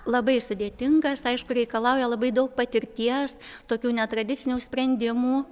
labai sudėtingas aišku reikalauja labai daug patirties tokių netradicinių sprendimų